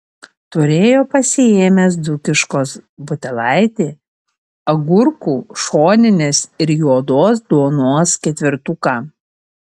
turėjo pasiėmęs dzūkiškos butelaitį agurkų šoninės ir juodos duonos ketvirtuką